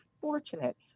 fortunate